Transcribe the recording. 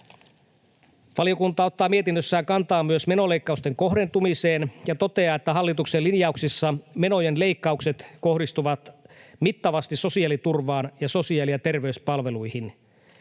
Valiokunta ottaa mietinnössään kantaa myös menoleikkausten kohdentumiseen ja toteaa, että hallituksen linjauksissa menojen leikkaukset kohdistuvat mittavasti sosiaaliturvaan ja sosiaali- ja terveyspalveluihin.